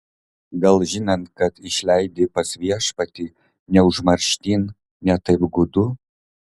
gal žinant kad išleidi pas viešpatį ne užmarštin ne taip gūdu